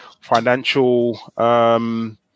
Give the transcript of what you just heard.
financial